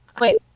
Wait